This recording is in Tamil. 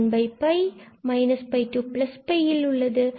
நம்மிடம்1 to ஆகியவை உள்ளது